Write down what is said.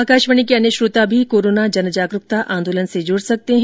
आकाशवाणी के अन्य श्रोता भी कोरोना जनजागरुकता आंदोलन से जुड सकते हैं